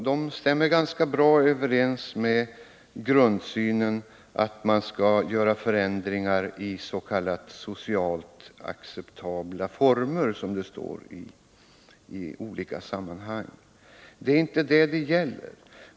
De stämmer ganska bra överens med grundsynen att man skall göra förändringar i s.k. socialt acceptabla former, som det heter i olika sammanhang. Det är dock inte det saken gäller.